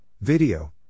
Video